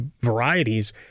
varieties